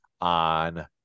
on